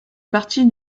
partie